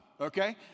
okay